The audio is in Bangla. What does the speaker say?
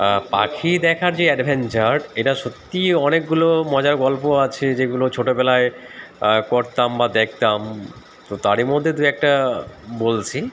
পাখি দেখার যে অ্যাডভেঞ্চার এটা সত্যিই অনেকগুলো মজার গল্প আছে যেগুলো ছোটোবেলায় করতাম বা দেখতাম তো তারই মধ্যে দুই একটা বলছি